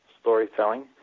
storytelling